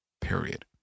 period